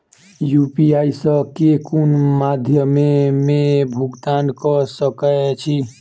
UPI सऽ केँ कुन मध्यमे मे भुगतान कऽ सकय छी?